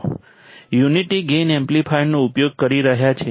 unity gain એમ્પ્લીફાયરનો ઉપયોગ કરી રહ્યાં છે